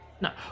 No